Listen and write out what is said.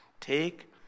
take